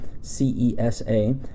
C-E-S-A